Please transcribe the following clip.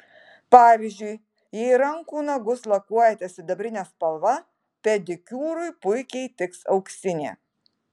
pavyzdžiui jei rankų nagus lakuojate sidabrine spalva pedikiūrui puikiai tiks auksinė